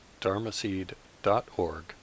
dharmaseed.org